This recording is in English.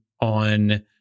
on